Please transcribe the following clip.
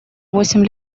восемь